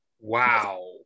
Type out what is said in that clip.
wow